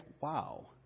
wow